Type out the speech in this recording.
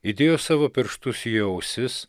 įdėjo savo pirštus į jo ausis